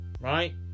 right